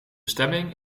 stemming